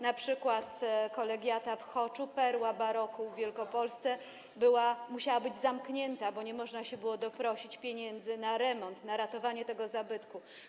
np. kolegiata w Choczu, perła baroku w Wielkopolsce, musiała być zamknięta, bo nie można się było doprosić pieniędzy na remont, na ratowanie tego zabytku.